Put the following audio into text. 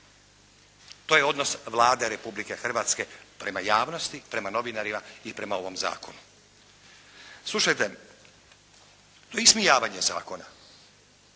To je odnos Vlade Republike Hrvatske prema javnosti, prema novinarima i prema ovom zakonu. Slušajte, to je ismijavanje zakone,